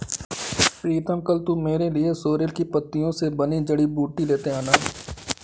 प्रीतम कल तू मेरे लिए सोरेल की पत्तियों से बनी जड़ी बूटी लेते आना